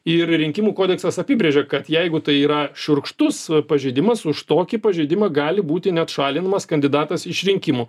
ir rinkimų kodeksas apibrėžia kad jeigu tai yra šiurkštus pažeidimas už tokį pažeidimą gali būti net šalinamas kandidatas iš rinkimų